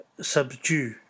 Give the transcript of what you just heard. subdue